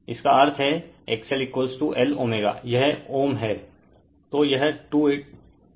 इसका अर्थ है XL Lω यह Ω है